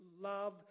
love